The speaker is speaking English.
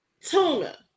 Tuna